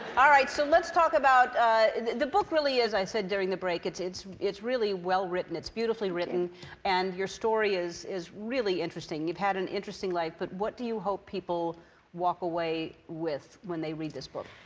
all right. so let's talk about the book really is, i said during the break, it's it's really well-written. it's beautifully written and your story is is really interesting. you've had an interesting life. but what do you hope people walk away with when they read this book?